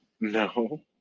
No